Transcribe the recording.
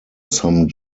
some